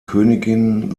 königin